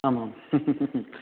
आम् आम्